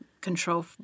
control